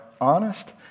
honest